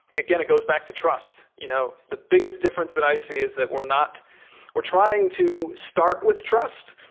again, it goes back to trust. you know the biggest difference that i see is that we're not we're trying to start with trust.